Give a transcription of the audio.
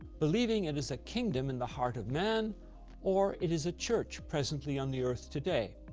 believing it is a kingdom in the heart of man or it is a church presently on the earth today.